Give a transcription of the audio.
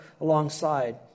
alongside